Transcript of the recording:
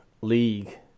league